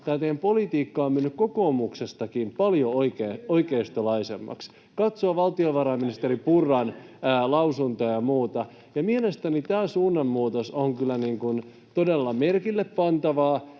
tämä teidän politiikkanne on mennyt kokoomuksestakin paljon oikeistolaisemmaksi, kun katsoo valtiovarainministeri Purran lausuntoja ja muuta. Mielestäni tämä suunnanmuutos on kyllä todella merkillepantavaa,